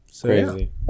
Crazy